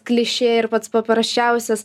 klišė ir pats paprasčiausias